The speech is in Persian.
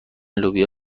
لوبیا